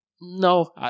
no